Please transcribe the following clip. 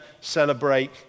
celebrate